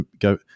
go